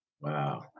Wow